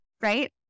right